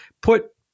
put